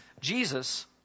Jesus